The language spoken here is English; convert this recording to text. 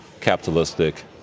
capitalistic